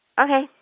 Okay